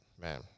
man